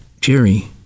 Jerry